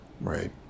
Right